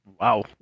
Wow